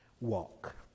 walk